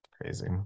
Crazy